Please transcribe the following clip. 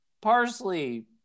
parsley